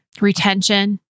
retention